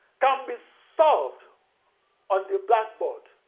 can be solved on the blackboard,